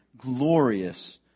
glorious